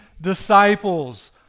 disciples